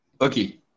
Okay